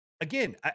again